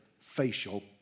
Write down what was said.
facial